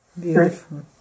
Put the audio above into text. Beautiful